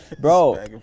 Bro